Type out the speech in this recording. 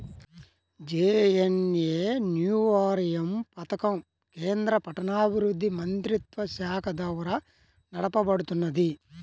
JNNURM పథకం కేంద్ర పట్టణాభివృద్ధి మంత్రిత్వశాఖ ద్వారా నడపబడుతున్నది